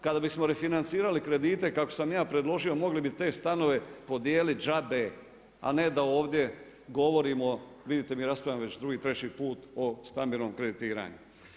Kada bismo refinancirali kredite kako sam ja predložio mogli bi te stanove podijeliti džabe a ne da ovdje govorimo, vidite mi raspravljamo već 2., 3. put o stambenom kreditiranju.